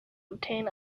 obtain